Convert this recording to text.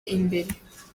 imbere